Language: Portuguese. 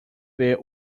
ver